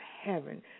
heaven